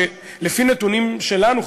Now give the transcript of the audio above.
שלפי נתונים שלנו,